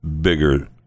bigger